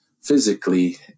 physically